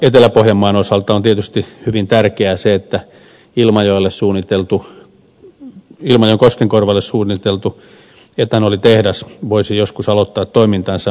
etelä pohjanmaan osalta on tietysti hyvin tärkeää se että ilmajoen koskenkorvalle suunniteltu etanolitehdas voisi joskus aloittaa toimintansa